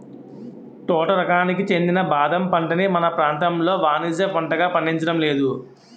తోట రకానికి చెందిన బాదం పంటని మన ప్రాంతంలో వానిజ్య పంటగా పండించడం లేదు